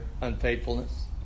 unfaithfulness